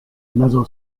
mezzo